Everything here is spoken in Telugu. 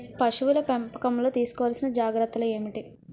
పశువుల పెంపకంలో తీసుకోవల్సిన జాగ్రత్త లు ఏంటి?